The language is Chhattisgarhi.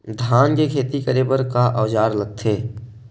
धान के खेती करे बर का औजार लगथे?